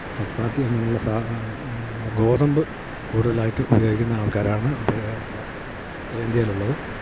ചപ്പാത്തി അങ്ങനെയുള്ള ഗോതമ്പ് കൂടുതലായിട്ട് ഉപയോഗിക്കുന്ന ആൾക്കാരാണ് ഉത്തരേന്ത്യയിലുള്ളത്